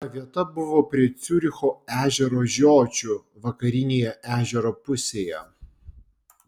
ta vieta buvo prie ciuricho ežero žiočių vakarinėje ežero pusėje